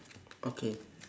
okay